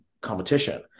competition